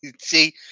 See